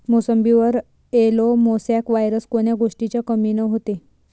मोसंबीवर yellow mosaic virus कोन्या गोष्टीच्या कमीनं होते?